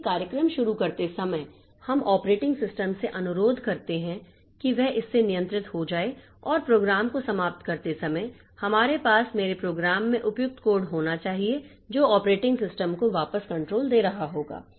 इसलिए कार्यक्रम शुरू करते समय हम ऑपरेटिंग सिस्टम से अनुरोध करते हैं कि वह इससे नियंत्रित हो जाए और प्रोग्राम को समाप्त करते समय हमारे पास मेरे प्रोग्राम में उपयुक्त कोड होना चाहिए जो ऑपरेटिंग सिस्टम को वापस कंट्रोल दे रहा होगा